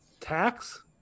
Tax